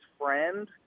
friend